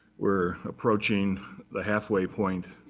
we're approaching the halfway point